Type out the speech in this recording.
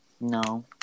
No